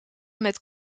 met